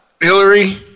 Hillary